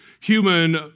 human